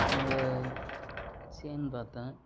என்னோட லட்சியம்ன்னு பார்த்தா